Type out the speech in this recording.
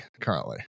currently